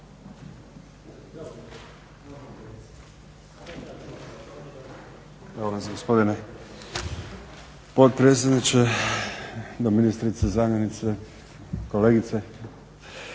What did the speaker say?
Hvala vam gospodine potpredsjedniče, doministrice, zamjenice, kolegice.